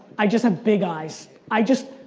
i just have big eyes. i just,